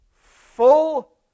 Full